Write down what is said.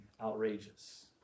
outrageous